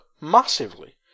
massively